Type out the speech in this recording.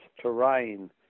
terrain